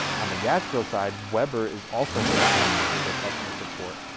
on the gas grill side weber is also fantastic with their customer support.